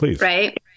right